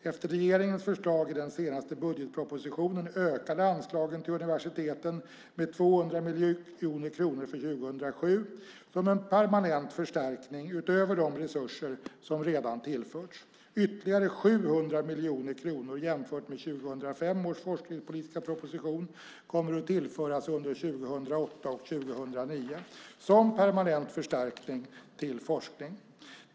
Efter regeringens förslag i den senaste budgetpropositionen ökade anslagen till universiteten med 200 miljoner kronor för 2007 som en permanent förstärkning, utöver de resurser som redan tillförts. Ytterligare 700 miljoner kronor, jämfört med 2005 års forskningspolitiska proposition, kommer att tillföras under 2008 och 2009 som permanent förstärkning till forskning.